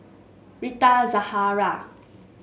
Rita Zahara